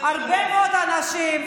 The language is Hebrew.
הרבה מאוד אנשים,